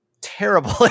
terrible